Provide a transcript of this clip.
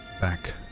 back